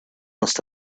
must